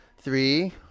Three